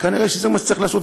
וכנראה זה מה שצריך לעשות.